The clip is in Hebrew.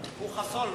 הוא חסון,